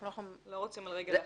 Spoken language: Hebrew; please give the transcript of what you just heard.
אנחנו לא רוצים על רגל אחת.